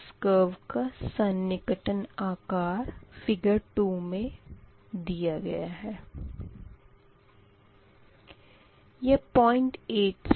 इस कर्व का सन्निकटन आकार फ़िगर 2 मे दिया है